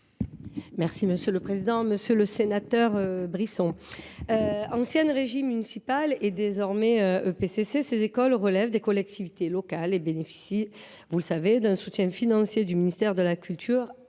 secrétaire d’État. Monsieur le sénateur Brisson, anciennes régies municipales et désormais EPCC, ces écoles relèvent des collectivités locales et bénéficient, vous le savez, d’un soutien financier du ministère de la culture